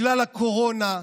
בגלל הקורונה,